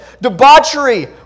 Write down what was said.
debauchery